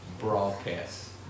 broadcast